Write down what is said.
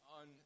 on